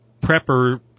prepper